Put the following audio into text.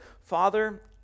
Father